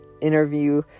interview